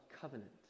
covenant